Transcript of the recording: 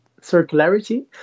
circularity